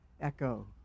echo